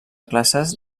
classes